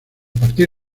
partir